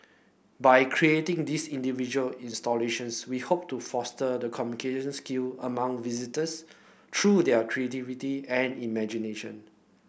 by creating these individual installations we hope to foster the communication skill among visitors through their creativity and imagination